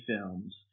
films